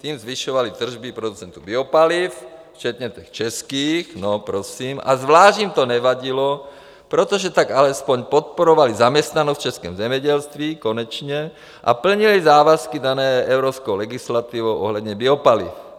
Tím zvyšovali tržby producentů biopaliv včetně těch českých, no prosím, a zvlášť jim to nevadilo, protože tak alespoň podporovali zaměstnanost v českém zemědělství, konečně, a plnili závazky dané evropskou legislativou ohledně biopaliv.